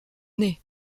nez